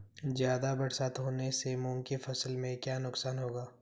ज़्यादा बरसात होने से मूंग की फसल में क्या नुकसान होगा?